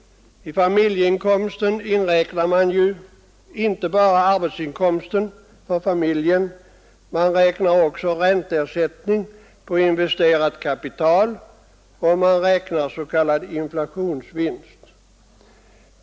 I familjeinkomsten inräknar man ju inte bara arbetsinkomsten för familjen; man räknar också ränteersättning på investerat kapital och man räknar s.k. inflationsvinst.